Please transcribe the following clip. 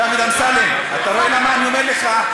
דוד אמסלם, אתה רואה למה אני אומר לך?